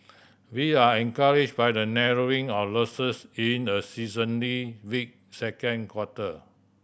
we are encouraged by the narrowing of losses in a seasonally weak second quarter